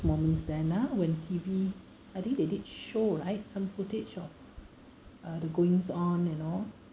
moments then ah when T_V I think they did show right some footage of uh the goings on and all